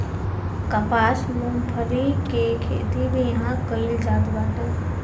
कपास, मूंगफली के खेती भी इहां कईल जात बाटे